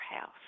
house